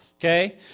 Okay